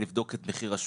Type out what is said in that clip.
לבדוק את מחיר השוק.